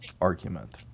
argument